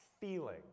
feeling